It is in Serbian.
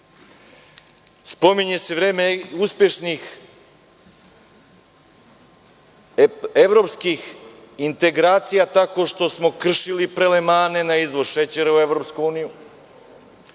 Spominje se vreme uspešnih evropskih integracija tako što smo kršili prelemane na izvoz šećera u EU.